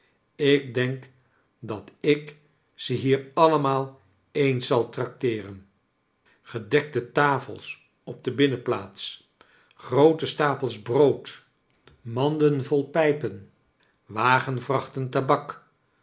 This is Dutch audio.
ik denk dat ik ze hier allemaal eens zal tracteeren gredekte tafels op de binnenplaats groote stapels brood mandenvol pijpen wagenvrachten tabak